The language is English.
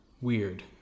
weird